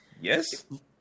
Yes